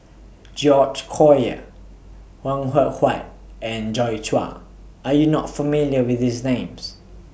George Collyer Png Eng Huat and Joi Chua Are YOU not familiar with These Names